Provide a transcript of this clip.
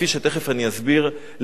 כפי שתיכף אני אסביר,